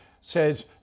says